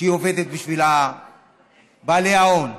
שהיא עובדת בשביל בעלי ההון.